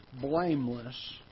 blameless